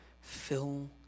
fill